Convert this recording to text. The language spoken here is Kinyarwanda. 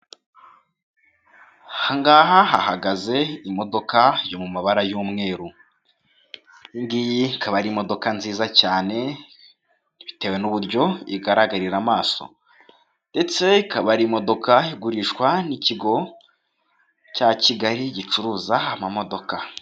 Aha ngaha hahagaze imodoka yo mu mabara y'umweru, iyi ngiyi ikaba ari imodoka nziza cyane, bitewe n'uburyo igaragarira amaso, ndetse ikaba ari imodoka igurishwa n'ikigo cya Kigali gicuruza amamodoka.